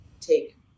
take